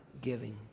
giving